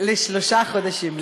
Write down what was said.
לשלושה חודשים.